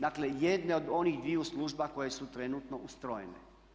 Dakle jedne od onih dviju služba koje su trenutno ustrojene.